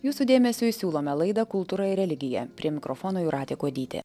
jūsų dėmesiui siūlome laidą kultūra ir religija prie mikrofono jūratė kuodytė